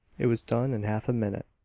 it was done in half a minute.